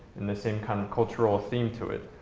and the same kind of cultural theme to it,